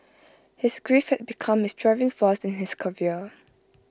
his grief had become his driving force in his career